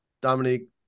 Dominique